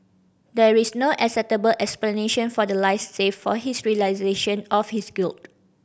there is no acceptable explanation for the lies save for his realisation of his guilt